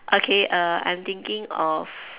okay err I'm thinking of